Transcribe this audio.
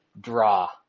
Draw